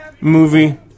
movie